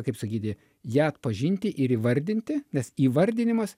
kaip sakyti ją atpažinti ir įvardinti nes įvardinimas